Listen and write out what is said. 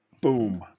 boom